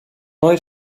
neue